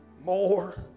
more